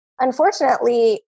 unfortunately